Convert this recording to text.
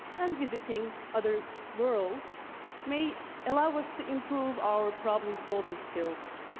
and visiting other worlds may allow us to improve our problem-solving skills.